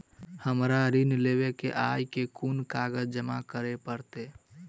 हमरा ऋण लेबै केँ अई केँ कुन कागज जमा करे पड़तै?